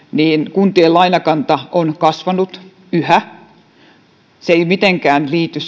kuntien lainakanta on kasvanut yhä se ei mitenkään liity